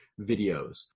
videos